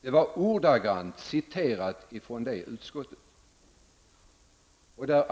Jag citerade ordagrant från detta betänkande.